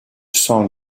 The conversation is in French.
sens